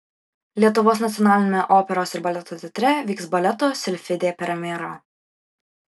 lietuvos nacionaliniame operos ir baleto teatre vyks baleto silfidė premjera